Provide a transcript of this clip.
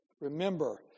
Remember